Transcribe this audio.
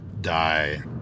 die